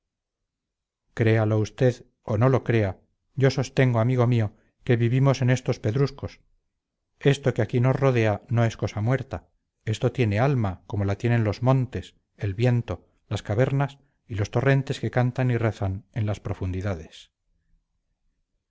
créalo usted o no lo crea yo sostengo amigo mío que vivimos en estos pedruscos esto que aquí nos rodea no es cosa muerta esto tiene alma como la tienen los montes el viento las cavernas y los torrentes que cantan y rezan en las profundidades